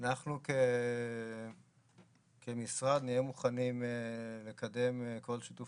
אנחנו כמשרד נהיה מוכנים לשתף כל שיתוף